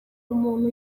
umuntu